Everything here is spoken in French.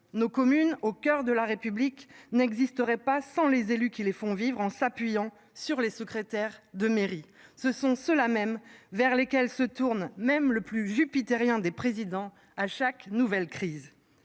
nos communes au coeur de la République n'existerait pas sans les élus qui les font vivre en s'appuyant sur les secrétaires de mairie, ce sont ceux-là mêmes vers lesquelles se tournent même le plus jupitérien des présidents à chaque nouvelle crise.